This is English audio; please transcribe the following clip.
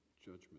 judgment